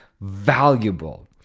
valuable